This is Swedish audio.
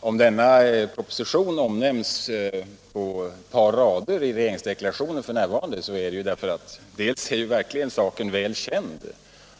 Om denna proposition omnämns på ett par rader i regeringsdeklarationen i dag beror det dels på att saken verkligen är väl känd,